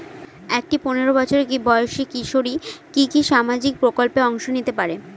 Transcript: একটি পোনেরো বছর বয়সি কিশোরী কি কি সামাজিক প্রকল্পে অংশ নিতে পারে?